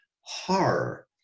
horror